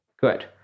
Good